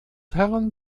herrn